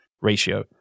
ratio